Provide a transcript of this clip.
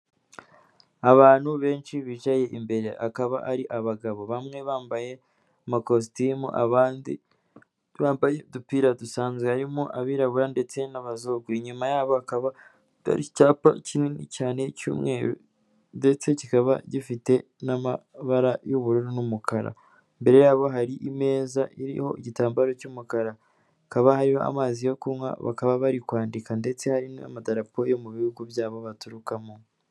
Abantu benshi bicaye imbere akaba ari abagabo, bamwe bambaye amakositimu, abandi bambaye udupira dusanzwe, harimo abirabura ndetse n'abazungu, inyuma yabo haba icyapa kinini cyane cy'umweru ndetse kikaba gifite n'amabara y'ubururu n'umukara, imbere yabo hari imeza iriho igitambaro cy'umukara, hakaba hari amazi yo kunywa bakaba bari kwandika ndetse hari n'amadarapo yo mu bihugu byabo baturukamo.